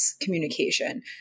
communication